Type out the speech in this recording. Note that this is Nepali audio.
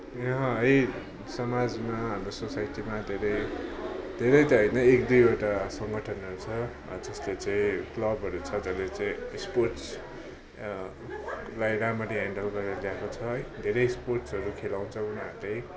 यहाँ है समाजमा हाम्रो सोसाइटीमा धेरै धेरै त होइन एक दुईवटा संगठनहरू छ जसले चाहिँ क्लबहरू छ जसले चाहिँ स्पोर्ट्स लाई राम्ररी ह्यान्डल गरेर ल्याएको छ है धेरै स्पोर्ट्सहरू खेलाउँछ उनीहरूले